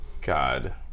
God